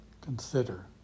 consider